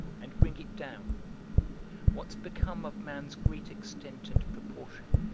and bring it down what's become of man's great extent and proportion,